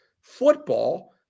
football